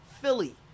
Philly